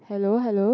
hello hello